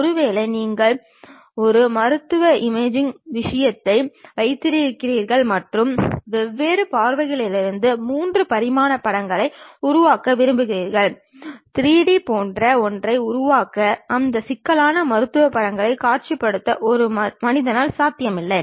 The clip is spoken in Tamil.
ஒருவேளை நீங்கள் ஒரு மருத்துவ இமேஜிங் விஷயத்தை வைத்திருக்கலாம் மற்றும் வெவ்வேறு பார்வைகளிலிருந்து 3 பரிமாண படங்களை உருவாக்க விரும்புகிறீர்கள் 3D போன்ற ஒன்றை உருவாக்க அந்த சிக்கலான மருத்துவ படங்களை காட்சிப்படுத்த ஒரு மனிதனால் சாத்தியமில்லை